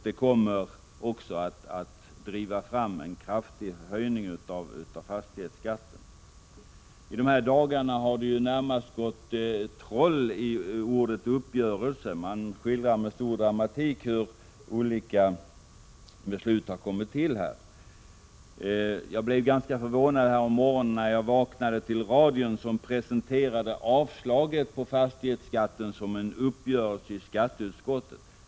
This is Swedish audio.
Det skulle också driva fram en kraftig höjning av fastighetsskatten. I dessa dagar har det närmast gått troll i ordet uppgörelse. Man skildrar med stor dramatik hur olika beslut har kommit till. Jag blev ganska förvånad när jag härommorgonen vaknade till radion, som presenterade avslagsyrkandet på fastighetsskatten som en ”uppgörelse i skatteutskottet”.